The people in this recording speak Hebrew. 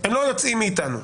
הם לא יוצאים מאיתנו.